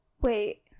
Wait